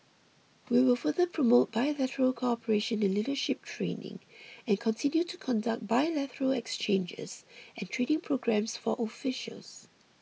we will further promote bilateral cooperation in leadership training and continue to conduct bilateral exchanges and training programs for officials